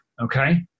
okay